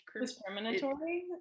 discriminatory